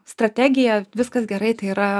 strategija viskas gerai tai yra